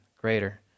greater